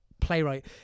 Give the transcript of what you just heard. playwright